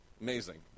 amazing